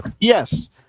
yes